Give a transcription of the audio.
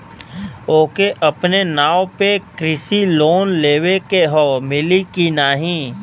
ओके अपने नाव पे कृषि लोन लेवे के हव मिली की ना ही?